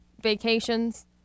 vacations